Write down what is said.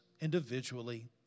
individually